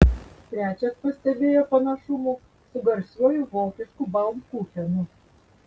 trečias pastebėjo panašumų su garsiuoju vokišku baumkuchenu